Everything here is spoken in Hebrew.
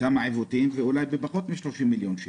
כמה עיוותים אולי בפחות מ-30 מיליון שקל.